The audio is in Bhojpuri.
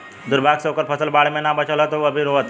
दुर्भाग्य से ओकर फसल बाढ़ में ना बाचल ह त उ अभी रोओता